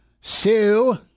Sue